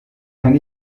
kann